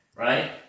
Right